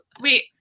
wait